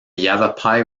yavapai